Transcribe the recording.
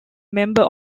member